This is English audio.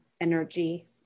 energy